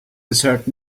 desert